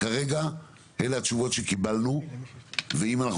כרגע אלה התשובות שקיבלנו ואם אנחנו